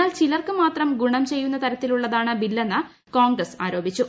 എന്നാൽ ചിലർക്ക് മാത്രം ഗുണം ചെയ്യുന്ന തരത്തിലുള്ളതാണ് ബില്ലെന്ന് കോൺഗ്രസ് ആരോപിച്ചു